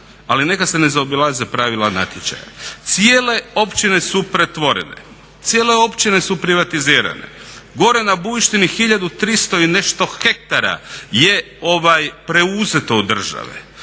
ali neka se ne zaobilaze pravila natječaja. Cijele općine su pretvorene, cijele općine su privatizirane. Gore na Bujštini 1300 i nešto hektara je preuzeto od države.